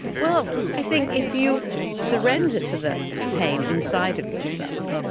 well, i think if you surrender to the pain inside of yourself,